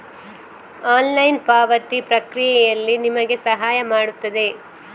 online ಪಾವತಿ ಪ್ರಕ್ರಿಯೆಯಲ್ಲಿ ನಿಮಗೆ ಸಹಾಯ ಮಾಡುತ್ತದೆ